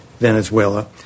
Venezuela